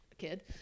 kid